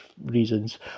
reasons